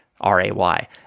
R-A-Y